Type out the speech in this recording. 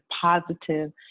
positive